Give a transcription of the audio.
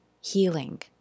healing